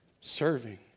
serving